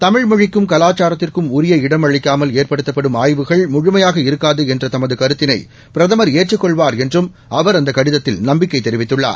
தமிழ் மொழிக்கும் கலாச்சாரத்திற்கும் உரிய இடம் அளிக்காமல் ஏற்படுத்தப்படும் ஆய்வுகள் முழுமையாக இருக்காது என்ற தமது கருத்தினை பிரதமர் ஏற்றுக் கொள்வார் என்றும் அவர் அந்த கடிதத்தில் நம்பிக்கை தெரிவித்துள்ளார்